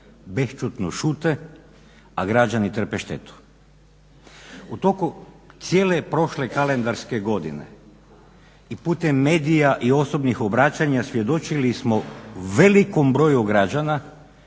bešćutno šute, a građani trpe štetu. U toku cijele prošle kalendarske godine i putem medija i osobnih obraćanja svjedočili smo velikom broju građana